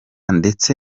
ndetse